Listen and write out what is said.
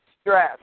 stress